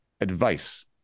advice